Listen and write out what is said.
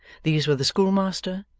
these were the schoolmaster,